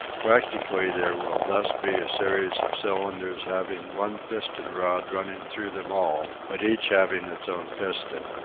practically there will thus be a series of cylinders having one piston-rod running through them all, but each having its own piston.